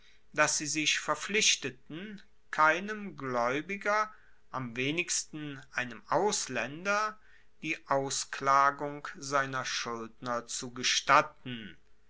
dass sie sich verpflichteten keinem glaeubiger am wenigsten einem auslaender die ausklagung seiner schuldner zu gestatten